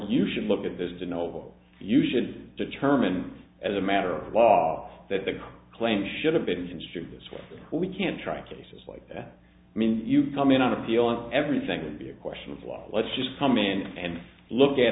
you should look at this to know you should determine as a matter of law that the claim should have been construed as well we can't try cases like that i mean you come in on appeal and everything can be a question of law let's just come in and look at